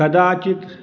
कदाचित्